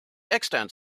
extant